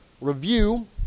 review